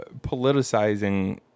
politicizing